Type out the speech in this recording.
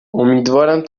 امیدوارم